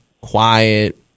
Quiet